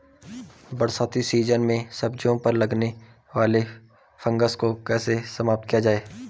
बरसाती सीजन में सब्जियों पर लगने वाले फंगस को कैसे समाप्त किया जाए?